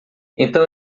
então